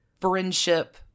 friendship